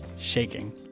shaking